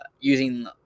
using